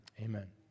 amen